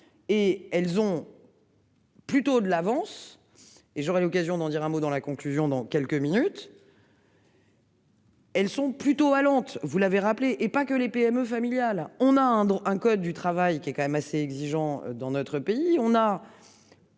Et elles ont. Plutôt de l'avance et j'aurai l'occasion d'en dire un mot dans la conclusion dans quelques minutes. Elles sont plutôt à Londres. Vous l'avez rappelé, et pas que les PME familiale, on a un don, un code du travail qui est quand même assez exigeants dans notre pays on n'a.